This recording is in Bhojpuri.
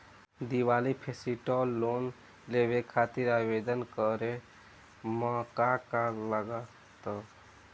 दिवाली फेस्टिवल लोन लेवे खातिर आवेदन करे म का का लगा तऽ?